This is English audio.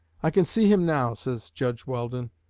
i can see him now, says judge weldon,